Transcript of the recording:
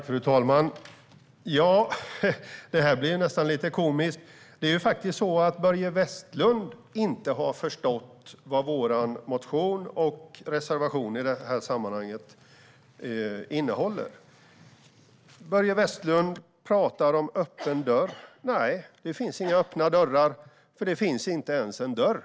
Fru talman! Det här blir nästan lite komiskt. Börje Vestlund har inte förstått vad vår motion och vår reservation i det här sammanhanget innehåller. Börje Vestlund pratar om en öppen dörr. Nej, det finns inga öppna dörrar, för det finns inte ens en dörr.